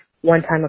one-time